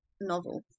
novel